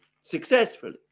successfully